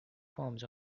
forms